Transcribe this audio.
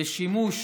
ושימוש